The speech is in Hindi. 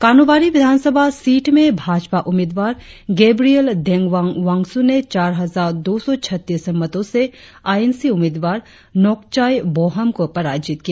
कानूवाड़ी विधानसभा सीट में भाजपा उम्मीदवार गेब्रियल डेंगवांग वांगसू ने चार हजार दो सौ छत्तीस मतों से आई एन सी उम्मीदवार नोकचाई बोहम को पराजित किया